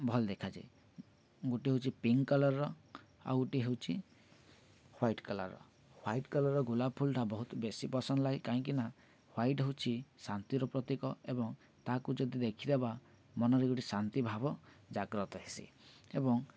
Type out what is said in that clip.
ଭଲ୍ ଦେଖାଯାଏ ଗୋଟେ ହେଉଛି ପିଙ୍କ କଲରର ଆଉ ଗୋଟିଏ ହେଉଛି ହ୍ୱାଇଟ୍ କଲରର ହ୍ୱାଇଟ୍ କଲର୍ ର ଗୋଲାପ ଫୁଲଟା ବହୁତ ବେଶୀ ପସନ୍ଦ ଲାଗେ କାହିଁକିନା ହ୍ୱାଇଟ୍ ହେଉଛି ଶାନ୍ତିର ପ୍ରତୀକ ଏବଂ ତାହାକୁ ଯଦି ଦେଖିଦେବା ମନରେ ଗୋଟେ ଶାନ୍ତି ଭାବ ଜାଗ୍ରତ ହେସି ଏବଂ